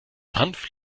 hanf